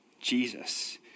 Jesus